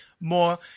more